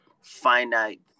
finite